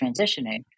transitioning